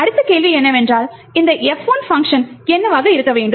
எனவே அடுத்த கேள்வி என்னவென்றால் இந்த F1 பங்க்ஷன் என்னவாக இருக்க வேண்டும்